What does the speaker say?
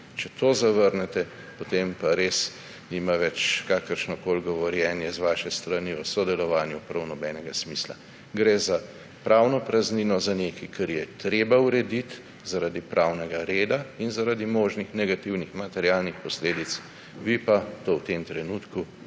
Če to zavrnete, potem pa res nima več kakršnokoli govorjenje o sodelovanju z vaše strani prav nobenega smisla. Gre za pravno praznino, za nekaj, kar je treba urediti zaradi pravnega reda in zaradi možnih negativnih materialnih posledic. Vi pa to v tem trenutku